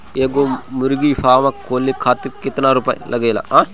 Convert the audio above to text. एगो मुर्गी फाम खोले खातिर केतना रुपया लागेला?